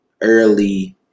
early